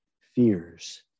fears